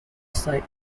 side